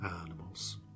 animals